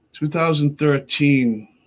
2013